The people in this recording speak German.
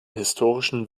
historischen